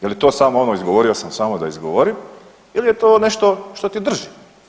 Je li to ono samo izgovorio sam samo da izgovorim ili je to nešto što te drži?